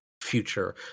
future